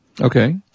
Okay